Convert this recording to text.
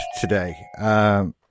today